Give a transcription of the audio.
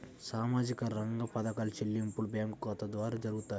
సామాజిక రంగ పథకాల చెల్లింపులు బ్యాంకు ఖాతా ద్వార జరుగుతాయా?